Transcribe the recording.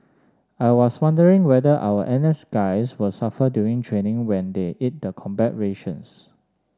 I was wondering whether our N S guys will suffer during training when they eat the combat rations